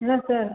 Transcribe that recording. இல்லை சார்